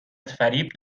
فریب